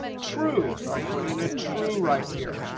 true, so i'm putting a true right here.